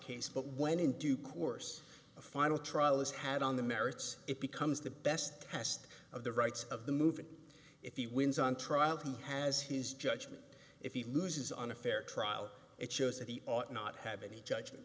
case but when in due course a final trial is had on the merits it becomes the best test of the rights of the movement if he wins on trial he has his judgment if he loses on a fair trial it shows that he ought not have any judgment